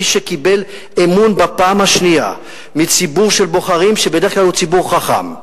איש שקיבל אמון בפעם השנייה מציבור של בוחרים שבדרך כלל הוא ציבור חכם,